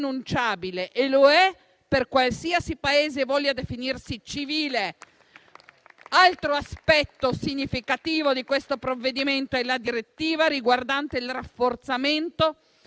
e lo è per qualsiasi Paese voglia definirsi civile. Altro aspetto significativo di questo provvedimento è la direttiva riguardante il rafforzamento